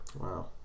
Wow